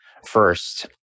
First